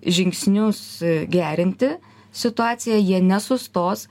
žingsnius gerinti situaciją jie nesustos